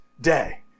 day